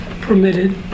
permitted